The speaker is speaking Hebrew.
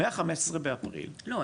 מה-15 באפריל --- לא,